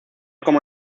como